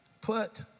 put